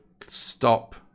stop